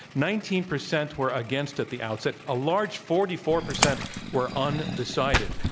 nineteen percent were against at the outset. a large forty four percent were undecided.